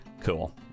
Cool